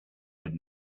would